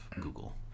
Google